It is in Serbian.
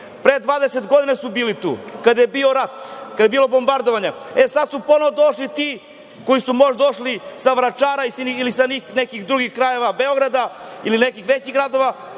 pre 20 godina su bili tu, kada je bio rat, kada je bilo bombardovanje, a sada su ponovo došli ti, koji su možda došli sa Vračara ili iz drugih krajeva Beograda ili nekih većih gradova,